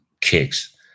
kicks